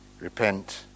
repent